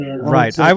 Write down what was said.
Right